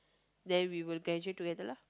then we will graduate together lah